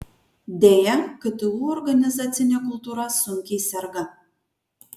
deja ktu organizacinė kultūra sunkiai serga